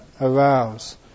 arouse